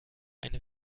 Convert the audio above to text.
eine